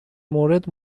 مورد